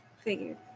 Figured